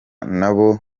nabo